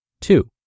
Two